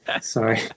Sorry